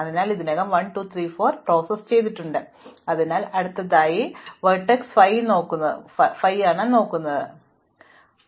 അതിനാൽ ഞാൻ ഇതിനകം 1 2 3 4 പ്രോസസ്സ് ചെയ്തിട്ടുണ്ട് അതിനാൽ അടുത്തതായി ഞാൻ വെർട്ടെക്സ് 5 നോക്കുന്നത് 5 കാണുന്നതിന് നമുക്ക് ഏതെങ്കിലും പുതിയ അയൽക്കാരനെ നൽകും